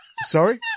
Sorry